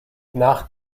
nach